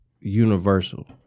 universal